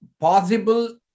possible